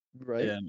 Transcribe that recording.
right